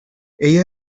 ella